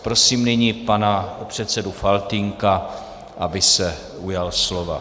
Prosím nyní pana předsedu Faltýnka, aby se ujal slova.